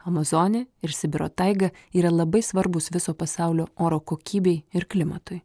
amazonė ir sibiro taiga yra labai svarbūs viso pasaulio oro kokybei ir klimatui